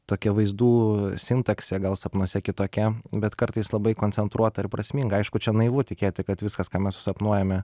tokia vaizdų sintaksė gal sapnuose kitokia bet kartais labai koncentruota ir prasminga aišku čia naivu tikėti kad viskas ką mes susapnuojame